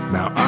Now